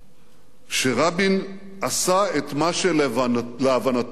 שרבין עשה את מה שלהבנתו שירת